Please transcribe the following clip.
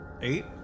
Eight